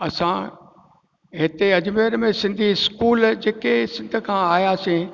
असां हिते अजमेर में सिंधी स्कूल जेके सिंध खां आहियासीं